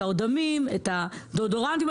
את האודם ואת הדיאודורנטים.